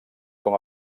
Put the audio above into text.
com